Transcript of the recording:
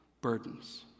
burdens